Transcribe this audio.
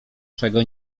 czego